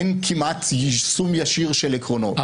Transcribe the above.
אין כמעט יישום ישיר של עקרונות,